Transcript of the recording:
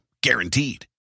Guaranteed